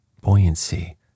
buoyancy